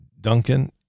Duncan